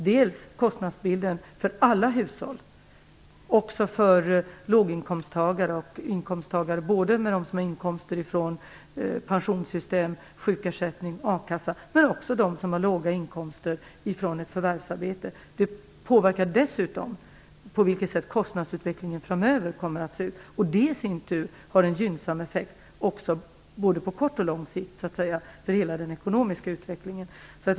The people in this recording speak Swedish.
Den påverkar kostnadsbilden för alla hushåll, för dem som har inkomster från pensionssystem, sjukersättning, a-kassa, men också för dem som har låga inkomster från ett förvärvsarbete. Den påverkar dessutom hur kostnadsutvecklingen framöver kommer att se ut och det i sin tur har en gynnsam effekt på hela den ekonomiska utvecklingen, både på kort och lång sikt.